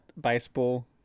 baseball